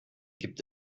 gibt